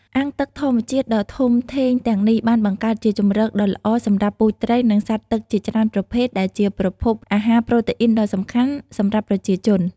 អាងទឹកធម្មជាតិដ៏ធំធេងទាំងនេះបានបង្កើតជាជម្រកដ៏ល្អសម្រាប់ពូជត្រី និងសត្វទឹកជាច្រើនប្រភេទ ដែលជាប្រភពអាហារប្រូតេអ៊ីនដ៏សំខាន់សម្រាប់ប្រជាជន។